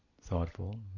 thoughtful